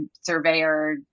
surveyor